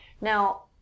Now